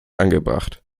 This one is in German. angebracht